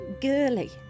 girly